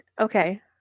okay